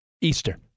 Easter